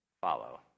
follow